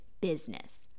business